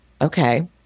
okay